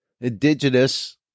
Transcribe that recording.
indigenous